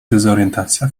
dezorientacja